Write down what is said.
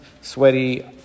sweaty